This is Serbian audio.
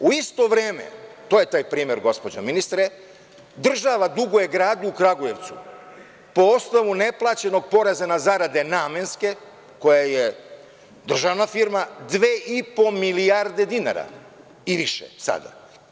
U isto vreme, to je taj primer, gospođo ministre, država duguje gradu Kragujevcu, po osnovu neplaćenog poreza na zarade Namenske, koje je državna firma, dve i po milijarde dinara i više sada.